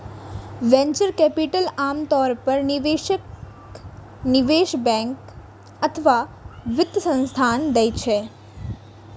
venture capital आम तौर पर निवेशक, निवेश बैंक अथवा वित्त संस्थान दै छै